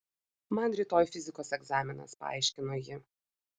man rytoj fizikos egzaminas paaiškino ji